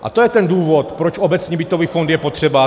A to je ten důvod, proč obecní bytový fond je potřeba.